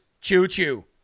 Choo-choo